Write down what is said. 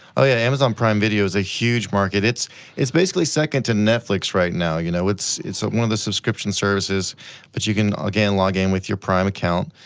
oh yeah, amazon prime video is a huge market. it's it's basically second to netflix right now, you know. it's it's one of the subscription services that but you can, again, log in with your prime account,